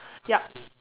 yup